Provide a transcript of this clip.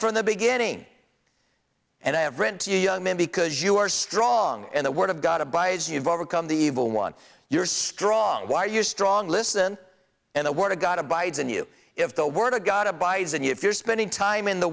from the beginning and i have written to you young men because you are strong in the word of god abides you've overcome the evil one you're strong why you're strong listen and the word of god abides in you if the word of god abides and if you're spending time in the